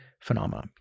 phenomena